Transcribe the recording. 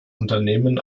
unternehmen